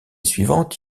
suivante